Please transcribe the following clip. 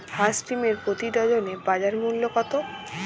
হাঁস ডিমের প্রতি ডজনে বাজার মূল্য কত?